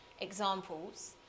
examples